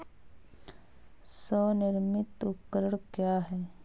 स्वनिर्मित उपकरण क्या है?